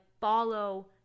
follow